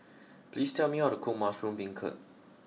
please tell me how to cook Mushroom Beancurd